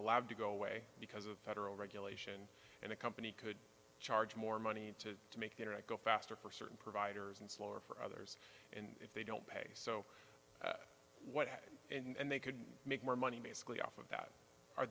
allowed to go away because of federal regulation and a company could charge more money to make internet go faster for certain providers and slower for others and if they don't pay so what and they could make more money basically off of that